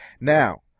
Now